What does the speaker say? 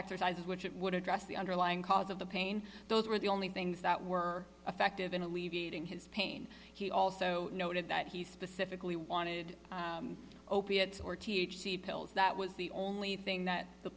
exercises which it would address the underlying cause of the pain those were the only things that were effective in alleviating his pain he also noted that he specifically wanted opiates or t h c pills that was the only thing that the